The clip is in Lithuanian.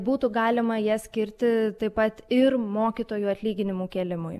būtų galima jas skirti taip pat ir mokytojų atlyginimų kėlimui